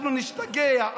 אנחנו נשתגע.